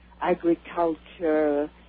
agriculture